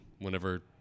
whenever